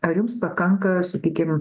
ar jums pakanka sakykim